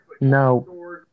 No